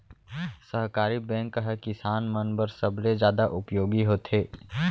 सहकारी बैंक ह किसान मन बर सबले जादा उपयोगी होथे